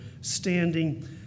standing